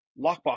lockbox